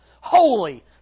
holy